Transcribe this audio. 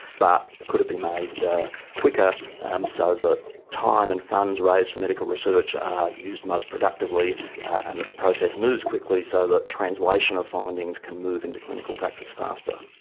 but could it be made quicker um so that time and funds raised for medical research are used most productively and that the process moves quickly so the translation of findings can move into clinical practice faster.